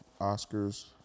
Oscars